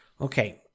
Okay